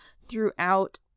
throughout